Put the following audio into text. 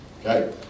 Okay